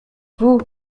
vous